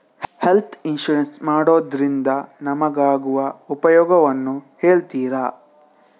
Health insurance ಮಾಡೋದ್ರಿಂದ ನಮಗಾಗುವ ಉಪಯೋಗವನ್ನು ಹೇಳ್ತೀರಾ?